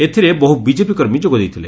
ଏଥିରେ ବହୁ ବିଜେପି କର୍ମୀ ଯୋଗ ଦେଇଥିଲେ